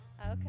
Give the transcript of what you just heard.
Okay